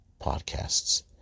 podcasts